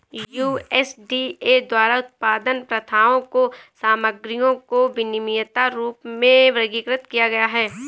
USDA द्वारा उत्पादन प्रथाओं और सामग्रियों को विनियमित रूप में वर्गीकृत किया गया है